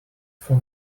for